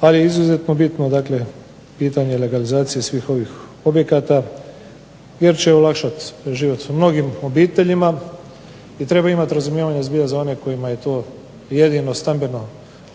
pa je izuzetno bitno dakle pitanje legalizacije svih ovih objekata jer će olakšat se život mnogim obiteljima i treba imati razumijevanja zbilja za one kojima je to jedino stambeno